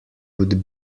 would